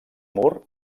mur